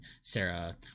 Sarah –